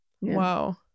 Wow